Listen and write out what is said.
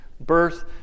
birth